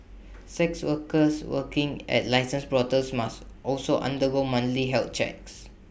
sex workers working at licensed brothels must also undergo monthly health checks